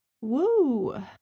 Woo